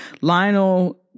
Lionel